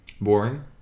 boring